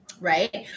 right